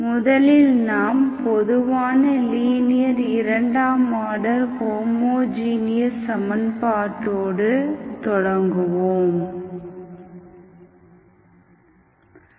முதலில் நாம் பொதுவான லீனியர் இரண்டாம் ஆர்டர் ஹோமோஜீனியஸ் சமன்பாட்டோடு தொடங்குவோம்